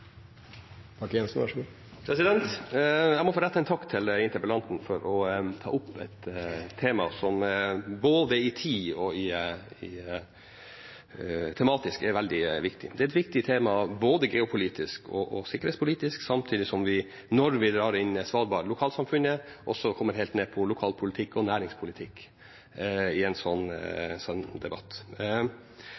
Jeg må få rette en takk til interpellanten for å ta opp et tema som både i tid og tematisk er veldig viktig. Det er et viktig tema både geopolitisk og sikkerhetspolitisk, samtidig som vi – når vi drar inn svalbardlokalsamfunnet – også kommer helt ned på lokalpolitikk og næringspolitikk i en sånn debatt.